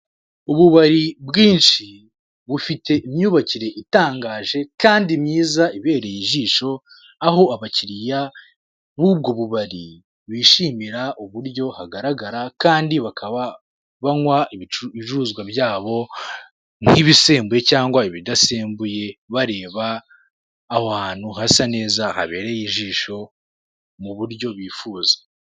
Ububari bwinshi bufite imyubakire itangaje kandi myiza ibereye ijisho, aho abakiriya b'ubwo bubari bishimira uburyo hagaragara kandi bakaba banywa ibicuruzwa byabo nk'ibisembuye cyangwa ibidasembuye bareba aho hantu hasa neza habereye ijisho mu buryo bifuza.